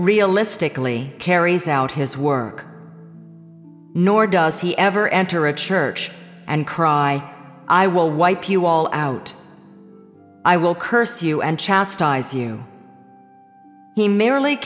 realistically carries out his work nor does he ever enter a church and cry i will wipe you all out i will curse you and chastise you he merely